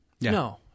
No